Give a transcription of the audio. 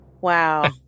Wow